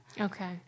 Okay